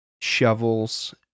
shovels